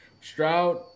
Stroud